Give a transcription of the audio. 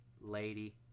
lady